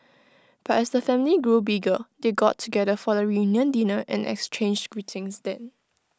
but as the family grew bigger they got together for the reunion dinner and exchanged greetings then